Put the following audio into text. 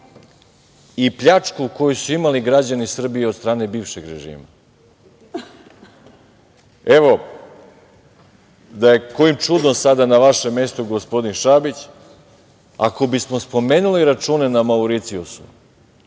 i pljačku koju su imali građani Srbije od strane bivšeg režima. Evo, da je kojim čudom sada na vašem mestu gospodin Šabić, ako bismo spomenuli račune na Mauricijusu,